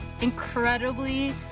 incredibly